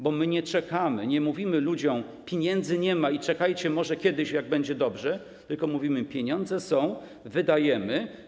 Bo my nie czekamy, nie mówimy ludziom: pieniędzy nie ma i czekajcie, może kiedyś, jak będzie dobrze, tylko mówimy: pieniądze są, to je wydajemy.